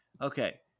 okay